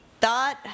thought